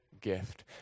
gift